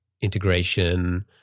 integration